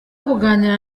kuganira